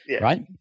right